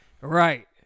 Right